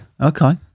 Okay